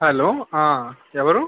hello ఎవరు